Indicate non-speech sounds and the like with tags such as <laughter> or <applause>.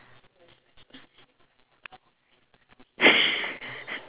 <laughs>